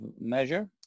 measure